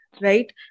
right